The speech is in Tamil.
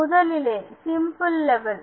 முதல் நிலை சிம்பிள் லெவல்